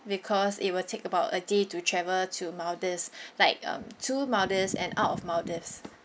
because it will take about a day to travel to maldives like um to maldives and out of maldives